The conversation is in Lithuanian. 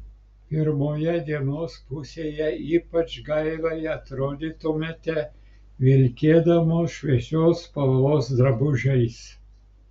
pirmoje dienos pusėje ypač gaiviai atrodytumėte vilkėdamos šviesios spalvos drabužiais